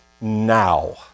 now